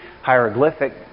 hieroglyphic